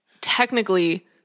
Technically